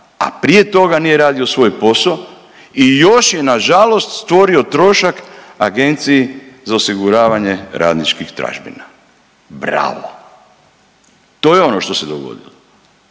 a prije toga nije radio svoj posao i još je nažalost stvorio trošak Agenciji za osiguravanje radničkih tražbina. Bravo! To je ono što se dogodilo.